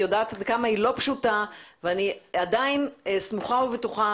יודעת עד כמה היא לא פשוטה ואני עדיין סמוכה ובטוחה